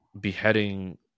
beheading